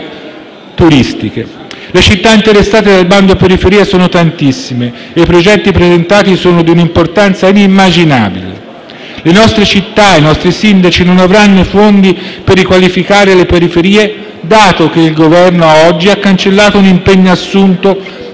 Le città interessate dal bando periferie sono tantissime e i progetti presentati sono di un'importanza inimmaginabile. Le nostre città e i nostri sindaci non avranno i fondi per riqualificare le periferie, dato che il Governo ha cancellato un impegno assunto